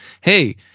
Hey